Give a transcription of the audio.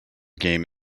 game